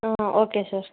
okay sir